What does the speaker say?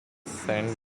saint